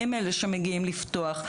הם אלה שמגיעים לפתוח.